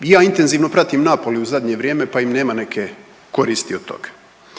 I ja intenzivno pratim Napoli u zadnje vrijeme pa im nema neke koristi od toga.